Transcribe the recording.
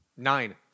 Nine